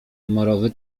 morowy